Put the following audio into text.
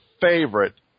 favorite